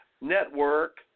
Network